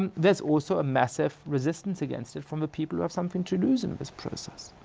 um there's also a massive resistance against it from the people who have something to lose in this process.